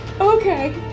Okay